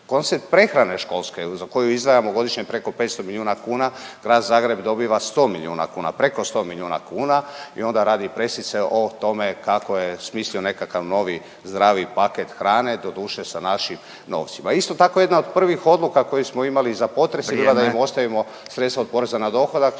Koncept prehrane školske za koju izdvajamo godišnje preko 500 milijuna kuna, Grad Zagreb dobiva 100 milijuna kuna, preko 100 milijuna kuna i onda radi pressice o tome kako je smislio nekakav novi zdraviji paket hrane, doduše sa našim novcima. Isto tako jedna od prvih odluka koju smo imali za potresa…/Upadica Radin: Vrijeme./… je bila da im ostavimo sredstva od poreza na dohodak